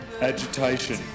agitation